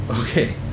Okay